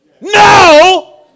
no